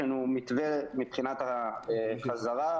יש לנו מתווה מבחינת החזרה,